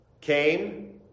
came